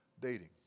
dating